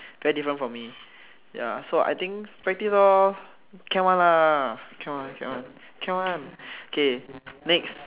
very different from me ya so I think practise lor can one ah can one can one can one k next